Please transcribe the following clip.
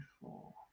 four